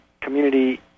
community